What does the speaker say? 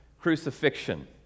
crucifixion